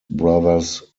brothers